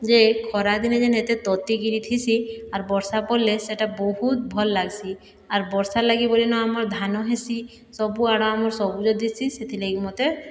ଯେ ଖରା ଦିନେ ଯେନେ ଏତେ ତତିକିରି ଥିସିଆର୍ ବର୍ଷା ପଡ଼୍ଲେ ସେହିଟା ବହୁତ ଭଲ୍ ଲାଗ୍ସି ଆର ବର୍ଷାର ଲାଗି ବୋଲିନ ଆମର୍ ଧାନ ହେସି ସବୁ ସବୁଆଡ଼ ଆମର୍ ସବୁଜ ଦିଶି ସେଥିଲାଗି ମୋତେ